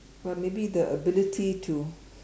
maybe the ability to